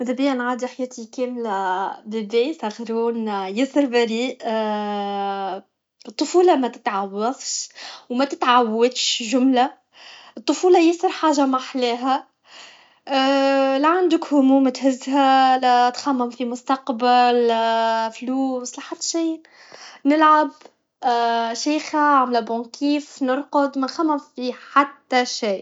مذايبا نعدي حياتي كامله بيبي صغرون ياسر بريء الطفوله متتعوضش و متتعاودش جمله الطفوله ياسر حاجه محلاها لا عندك هموم تهزها لا تخمم في مستقبل لا فلوس لا حت شي نلعب شيخه عامله بون كيف نرقد منخمم في حتى شي